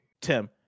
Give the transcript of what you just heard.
Tim